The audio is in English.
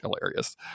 hilarious